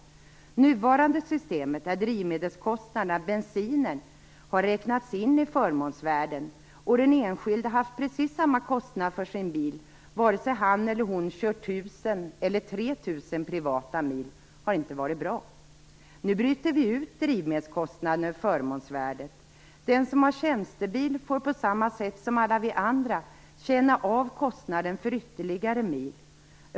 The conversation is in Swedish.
Det nuvarande systemet, där drivmedelskostnaderna, alltså bensinen, har räknats in i förmånsvärdet och den enskilde haft precis samma kostnad för sin bil vare sig han eller hon kört 1 000 eller 3 000 mil privat, har inte varit bra. Nu bryter vi ut drivmedelskostnaden ur förmånsvärdet. Den som har tjänstebil får på samma sätt som alla andra känna av kostnaden för ytterligare mil.